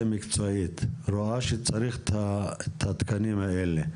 מקצועית רואה שצריך את התקנים הלאה,